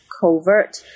covert